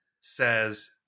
says